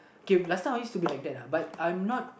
K last time I used to be like that uh but I'm not